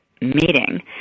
meeting